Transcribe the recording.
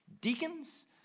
deacons